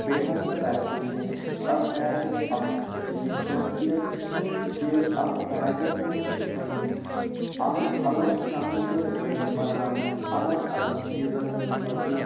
بیٚیہِ ہَسا باسیٚو مےٚ اَتھ بیگَس اَکھ یہِ خٲصیت کہ اَتھ بیگَس منٛز چھِ آمٕتۍ الگ الگ چَندٕ چھِ اَتھ آمٕتۍ بَناونہٕ الگ الگ چیٖزَن ہٕنٛدِ خٲطرٕ